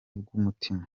bw’umutima